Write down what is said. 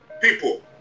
people